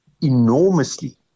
enormously